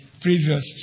previous